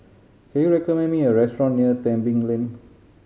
can you recommend me a restaurant near Tebing Lane